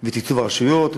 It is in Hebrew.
ובתקצוב הרשויות.